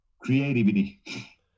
creativity